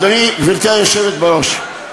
גברתי היושבת בראש,